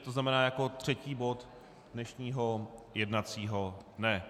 To znamená jako třetí bod dnešního jednacího dne.